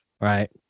right